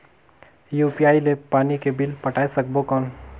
UPI ले पानी के बिल पटाय सकबो कौन?